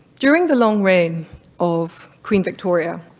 during the long reign of queen victoria,